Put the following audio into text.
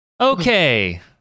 Okay